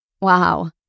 Wow